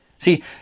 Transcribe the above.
See